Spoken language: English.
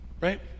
right